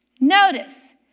notice